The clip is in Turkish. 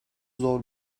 zor